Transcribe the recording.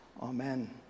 Amen